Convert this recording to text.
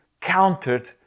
countered